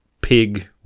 pig